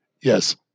yes